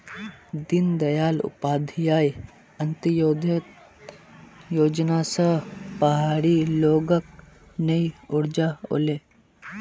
दीनदयाल उपाध्याय अंत्योदय योजना स पहाड़ी लोगक नई ऊर्जा ओले